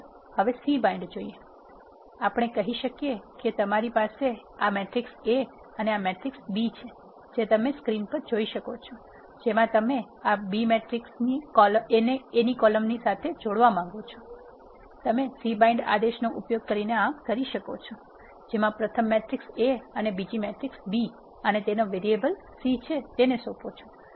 ચાલો આપણે કહી શકીએ કે તમારી પાસે આ મેટ્રિક્સ A છે અને મેટ્રિક્સ B છે જે તમે સ્ક્રીન પર જોઇ શકો છો જેમાં તમે આ B મેટ્રિક્સને A ની કોલમ્સ સાથે જોડવા માંગો છો તમે C bind આદેશનો ઉપયોગ કરીને આમ કરી શકો છો જેમાં પ્રથમ મેટ્રિક્સ A અને બીજો મેટ્રિક્સ B અને તેને વેરીએબલ C ને સોંપો